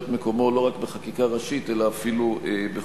את מקומו לא רק בחקיקה ראשית אלא אפילו בחוק-יסוד.